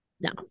no